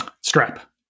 strap